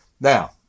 Now